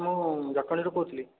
ମୁଁ ଜଟଣୀରୁ କହୁଥିଲି